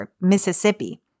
Mississippi